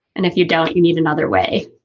and if you don't, you need another way.